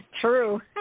True